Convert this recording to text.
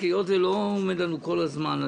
משום שלא עומד לנו כל הזמן,